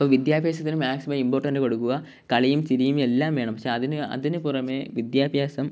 അപ്പം വിദ്യാഭ്യാസത്തിന് maximum important കൊടുക്കുക കളിയും ചിരിയും എല്ലാം വേണം പക്ഷെ അതിന് അതിന് പുറമെ വിദ്യാഭ്യാസം